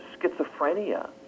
schizophrenia